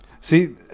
See